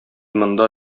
монда